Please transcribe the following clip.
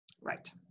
Right